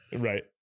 Right